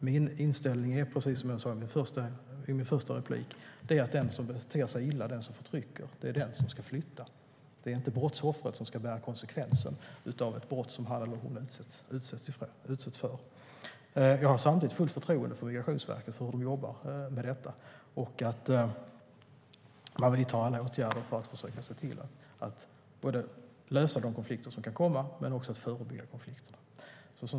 Min inställning är, precis som jag sade i min första replik, att den som beter sig illa och förtrycker är den som ska flytta. Det är inte brottsoffret som ska bära konsekvenserna av ett brott som han eller hon utsätts för. Samtidigt har jag fullt förtroende för Migrationsverket och hur de jobbar med detta och att de vidtar alla åtgärder för att försöka se till att lösa de konflikter som kan komma men också förebygga konflikter.